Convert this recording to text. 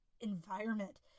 environment